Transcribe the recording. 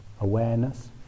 awareness